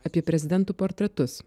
apie prezidentų portretus